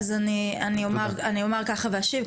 אז אני אומר ככה ואשיב,